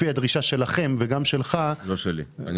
לפי הדרישה שלכם וגם שלך --- לא שלי.